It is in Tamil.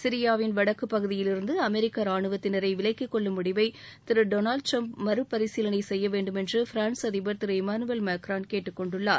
சிரியாவின் வடக்குப் பகுதியிலிருந்து அமெரிக்க ராணுவத்தினரை விலக்கிக் கொள்ளும் முடிவை திரு டொனால்ட் ட்ரம்ப் மறபரிசீலனை செய்ய வேண்டுமென்று பிரான்ஸ் அதிபர் திரு இமானுவேல் மேக்ரான் கேட்டுக் கொண்டுள்ளார்